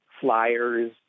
flyers